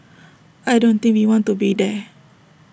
I don't think we want to be there